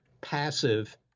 passive